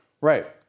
right